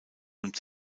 und